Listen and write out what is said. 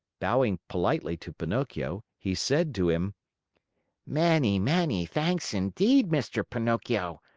bowing politely to pinocchio, he said to him many, many thanks, indeed, mr. pinocchio,